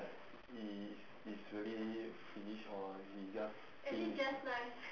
like i~ it's it's really finished or it's just